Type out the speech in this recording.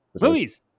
movies